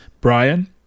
Brian